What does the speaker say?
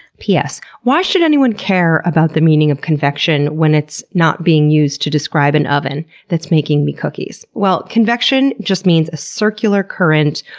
why should anyone care about the meaning of convection when it's not being used to describe an oven that's making me cookies? well convection just means a circular current,